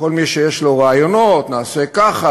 לכל מי שיש לו רעיונות: נעשה ככה,